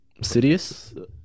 sidious